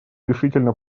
решительно